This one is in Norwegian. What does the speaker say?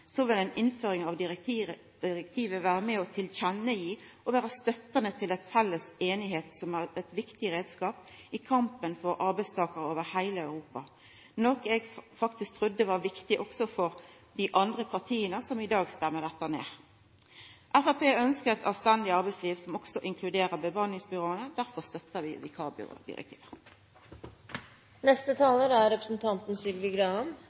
vil ei innføring av direktivet vere med og gi til kjenne ei støtte til ei felles einigheit som er ein viktig reiskap i kampen for arbeidstakarar over heile Europa, noko eg faktisk trudde var viktig også for dei partia som i dag stemmer mot dette. Framstegspartiet ønskjer eit anstendig arbeidsliv, som også inkluderer bemanningsbyråa. Derfor støttar vi